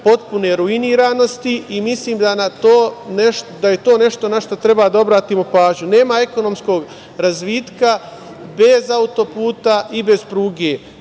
potpune ruiniranosti i mislim da je to nešto na šta treba da obratimo pažnju. Nema ekonomskog razvitka bez autoputa i bez pruge.